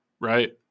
right